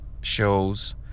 shows